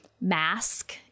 mask